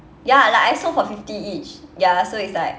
ya like I sold for fifty each ya so it's like